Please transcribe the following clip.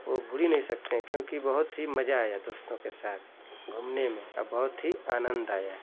वो भूल ही नहीं सकते हैं क्योंकि बहुत ही मजा आया दोस्तों के साथ घूमने में अ बहुत ही आनंद आया